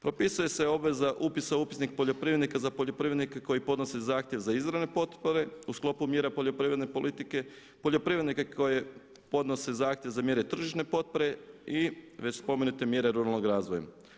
Propisuje se obveza upisa u upisnik poljoprivrednika za poljoprivrednike koji podnose zahtjev za izravne potpore u sklopu mjera poljoprivredne politike, poljoprivrednike koje podnose zahtjev za mjere tržišne potpore i već spomenute mjere ruralnog razvoja.